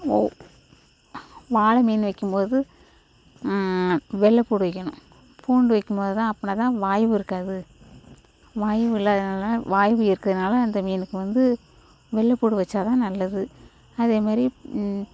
வௌ வாளை மீன் வைக்கும் போது வெள்ளை பூண்டு வைக்கணும் பூண்டு வைக்கும் போது அப்பனை தான் வாயுவு இருக்காது வாயுவு இல்லாததனால வாயுவு இருக்கிறதுனால அந்த மீனுக்கு வந்து வெள்ளை பூண்டு வைச்சா தான் நல்லது அதே மாதிரி